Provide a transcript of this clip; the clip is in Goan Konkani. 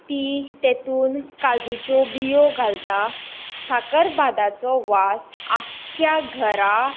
तेतूंत काजुच्यो बियो घालता साकरभाताचो वास आख्ख्या घरा